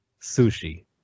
sushi